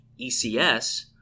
ECS